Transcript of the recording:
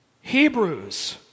Hebrews